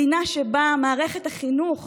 מדינה שבה מערכת החינוך